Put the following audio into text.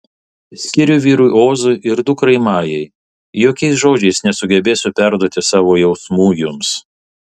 skiriu vyrui ozui ir dukrai majai jokiais žodžiais nesugebėsiu perduoti savo jausmų jums